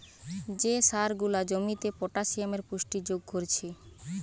যে সার গুলা জমিতে পটাসিয়ামের পুষ্টি যোগ কোরছে